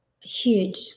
Huge